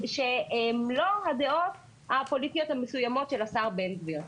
שהם לא הדעות הפוליטיות המסוימות של השר בן גביר.